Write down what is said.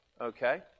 Okay